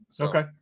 Okay